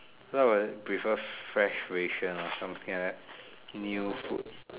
why will I prefer fresh ration or something like that new food